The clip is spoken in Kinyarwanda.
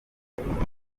umuyobozi